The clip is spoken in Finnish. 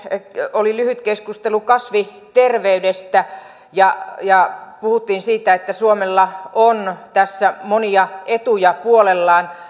oli lyhyt keskustelu kasvinterveydestä ja ja puhuttiin siitä että suomella on tässä monia etuja puolellaan